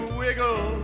wiggle